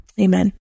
Amen